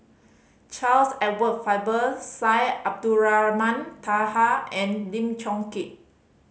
Charles Edward Faber Syed Abdulrahman Taha and Lim Chong Keat